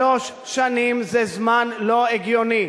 שלוש שנים זה זמן לא הגיוני.